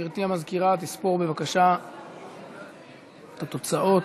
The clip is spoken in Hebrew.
גברתי המזכירה תספור בבקשה את התוצאות.